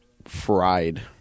fried